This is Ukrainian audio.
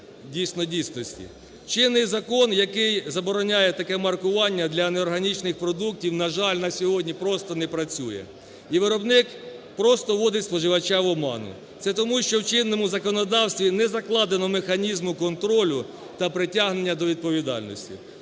дійсно, дійсності. Чинний закон, який забороняє таке маркування для неорганічних продуктів, на жаль, на сьогодні просто не працює, і виробник просто вводить споживача в оману. Це тому, що в чинному законодавстві не закладено механізму контролю та притягнення до відповідальності.